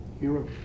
Hero